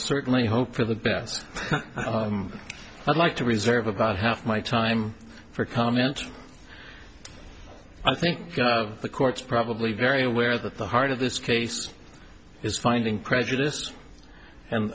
certainly hope for the best but like to reserve about half my time for comment i think the court's probably very aware that the heart of this case is finding prejudiced and